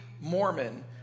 Mormon